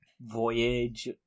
voyage